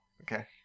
Okay